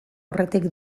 aurretik